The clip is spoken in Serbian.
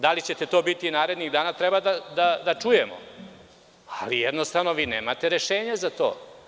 Da li ćete to biti narednih dana treba da čujemo, ali vi jednostavno nemate rešenje za to.